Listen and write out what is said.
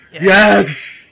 yes